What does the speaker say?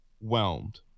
whelmed